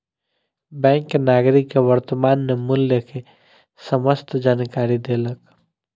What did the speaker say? bank नागरिक के वर्त्तमान मूल्य के समस्त जानकारी देलक